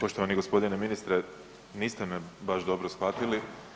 Poštovani gospodine ministre, niste me baš dobro shvatili.